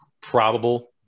probable